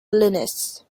linux